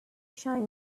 shine